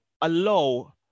allow